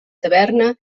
taverna